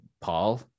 Paul